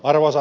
arvonsa